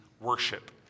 worship